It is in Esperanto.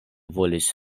volis